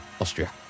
Austria